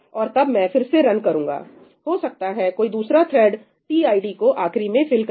और तब मैं फिर से रन करूंगा हो सकता है कोई दूसरा थ्रेड टीआईडी को आखिरी में फिल करे